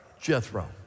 Jethro